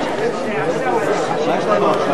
להסיר מסדר-היום את הצעת חוק לתיקון פקודת